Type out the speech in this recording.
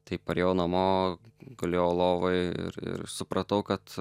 tai parėjau namo gulėjau lovoj ir ir supratau kad